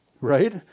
right